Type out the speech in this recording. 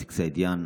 איציק סעידיאן.